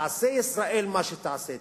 תעשה ישראל מה שתעשה,